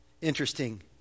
interesting